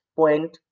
point